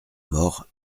mort